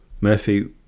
Murphy